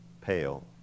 pale